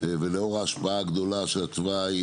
ולאור ההשפעה הגדולה של התוואי,